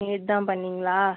நேற்று தான் பண்ணிங்களா